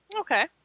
Okay